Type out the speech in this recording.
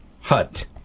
hut